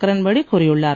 கிரண் பேடி கூறியுள்ளார்